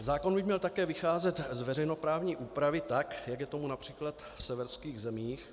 Zákon by měl také vycházet z veřejnoprávní úpravy, tak jak je tomu například v severských zemích.